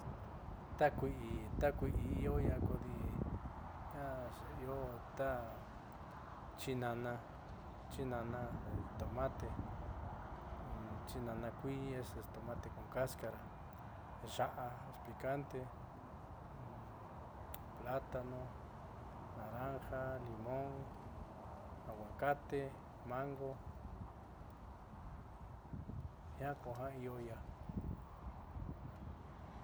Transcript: Ta kui'i ta kui'i ioiia kodi jiaa io ta chinana chinana jitomate chinana kuii es tomate con cascara ya'a es picante, plátano, naranja, limón, aguacate, mango jiaa kuja io iia.